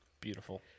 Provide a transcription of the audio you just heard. Beautiful